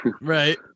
Right